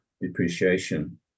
depreciation